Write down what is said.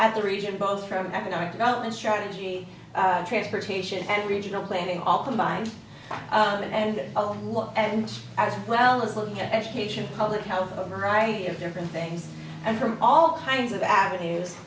at the region both from economic development strategy transportation and regional planning all combined and a lot and as well as looking at education public health right of different things and from all kinds of avenues